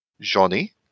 Johnny